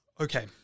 Okay